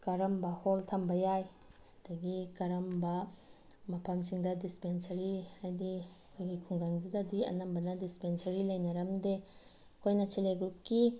ꯀꯔꯝꯕ ꯍꯣꯜ ꯊꯝꯕ ꯌꯥꯏ ꯑꯗꯒꯤ ꯀꯔꯝꯕ ꯃꯐꯝꯁꯤꯡꯗ ꯗꯤꯁꯄꯦꯟꯁꯔꯤ ꯍꯥꯏꯗꯤ ꯑꯩꯈꯣꯏꯒꯤ ꯈꯨꯡꯒꯪꯁꯤꯗꯗꯤ ꯑꯅꯝꯕꯅ ꯗꯤꯁꯄꯦꯟꯁꯔꯤ ꯂꯩꯅꯔꯝꯗꯦ ꯑꯩꯈꯣꯏꯅ ꯁꯦꯜꯐ ꯍꯦꯜꯞ ꯒ꯭ꯔꯨꯞꯀꯤ